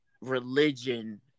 religion